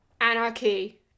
Anarchy